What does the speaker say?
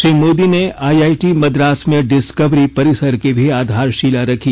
श्री मोदी ने आईआईटी मद्रास में डिस्कवरी परिसर की भी आधारशिला रखी